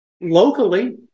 locally